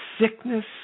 sickness